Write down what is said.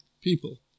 People